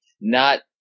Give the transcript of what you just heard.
not-